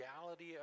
reality